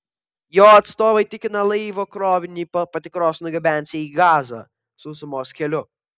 jo atstovai tikina laivo krovinį po patikros nugabensią į gazą sausumos keliu